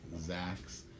Zach's